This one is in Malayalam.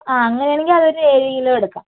ആ അങ്ങനയാണെങ്കിൽ അതൊരു ഏഴു കിലോ എടുക്കാം